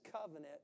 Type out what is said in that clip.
covenant